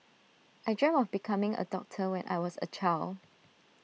I dreamt of becoming A doctor when I was A child